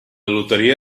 loteria